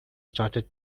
started